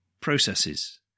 processes